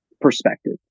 perspective